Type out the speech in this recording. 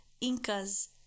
Incas